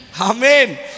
amen